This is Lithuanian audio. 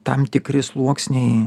tam tikri sluoksniai